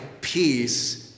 peace